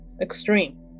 extreme